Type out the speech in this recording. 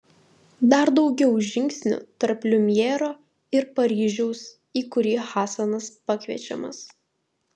dar daugiau žingsnių tarp liumjero ir paryžiaus į kurį hasanas pakviečiamas